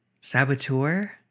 saboteur